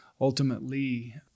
ultimately